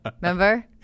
Remember